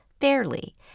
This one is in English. fairly